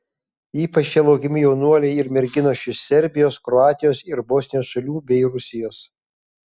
ypač čia laukiami jaunuoliai ir merginos iš serbijos kroatijos ir bosnijos šalių bei rusijos